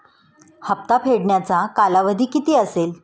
हप्ता फेडण्याचा कालावधी किती असेल?